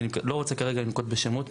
אני לא רוצה כרגע לנקוט בשמות,